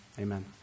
amen